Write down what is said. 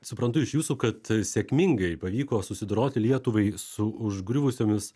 suprantu iš jūsų kad sėkmingai pavyko susidoroti lietuvai su užgriuvusiomis